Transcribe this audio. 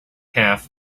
half